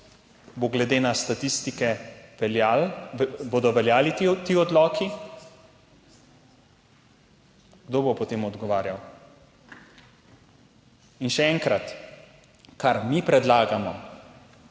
bo glede na statistike bodo veljali ti odloki. Kdo bo potem odgovarjal? In še enkrat, kar mi predlagamo,